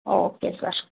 okay sir